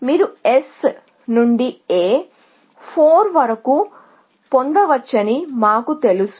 మీరు S నుండి A 4 వరకు పొందవచ్చని తెలుసు